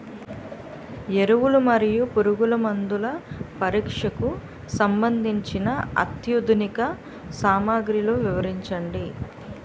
ఎరువులు మరియు పురుగుమందుల పరీక్షకు సంబంధించి అత్యాధునిక సామగ్రిలు వివరించండి?